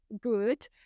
good